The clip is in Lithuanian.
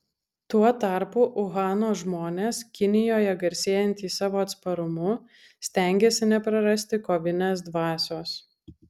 tuo tarpu uhano žmonės kinijoje garsėjantys savo atsparumu stengiasi neprarasti kovinės dvasios